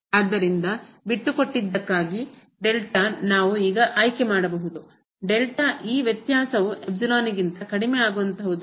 ಆದ್ದರಿಂದ ಬಿಟ್ಟುಕೊಟ್ಟಿದ್ದಕ್ಕಾಗಿ ನಾವು ಈಗ ಆಯ್ಕೆ ಮಾಡಬಹುದು ಈ ವ್ಯತ್ಯಾಸವು ಕಿಂತ ಕಡಿಮೆ ಆಗುವಂತಹದನ್ನು